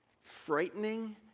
frightening